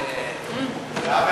זהבה,